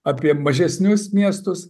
apie mažesnius miestus